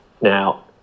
Now